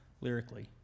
lyrically